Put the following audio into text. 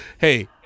Hey